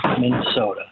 Minnesota